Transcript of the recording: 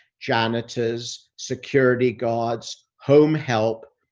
janitors, security guards, home help.